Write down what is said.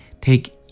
Take